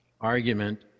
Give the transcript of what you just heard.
argument